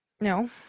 No